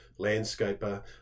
landscaper